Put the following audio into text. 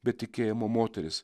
bet tikėjimo moteris